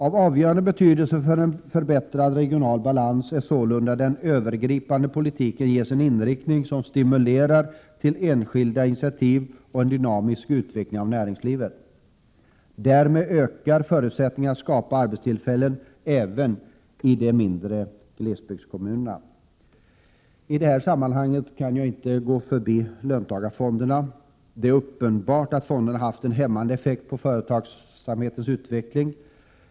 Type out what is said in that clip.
Av avgörande betydelse för en förbättrad regional balans är sålunda att den övergripande politiken ges en inriktning som stimulerar till enskilda initiativ och en dynamisk utveckling av näringslivet. Därmed ökar förutsättningarna att skapa arbetstillfällen även i de mindre glesbygdskommunerna. I det här sammanhanget kan jag inte gå förbi löntagarfonderna. Det är uppenbart att fonderna haft en hämmande effekt på företagsamhetens utveckling.